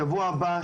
שבוע הבא,